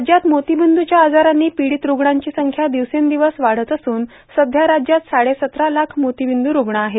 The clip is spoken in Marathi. राज्यात मोतीबिंदुच्या आजारांनी पिडीत रूग्णांची संख्या दिवसेंदिवस वाढत असून सध्या राज्यात सांडेसतरा लाख मोतीबिंद्र रूग्ण आहेत